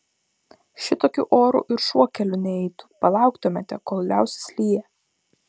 šitokiu oru ir šuo keliu neitų palauktumėte kol liausis liję